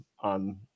on